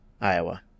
Iowa